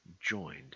joined